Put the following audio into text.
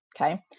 okay